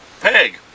Peg